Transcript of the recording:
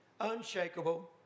unshakable